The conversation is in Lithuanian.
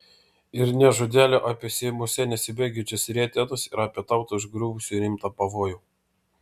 ir nė žodelio apie seimuose nesibaigiančias rietenas ir apie tautą užgriuvusį rimtą pavojų